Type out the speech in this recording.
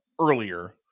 earlier